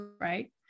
right